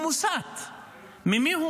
הוא מוסת.